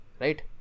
right